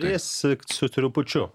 tris su trupučiu